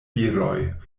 viroj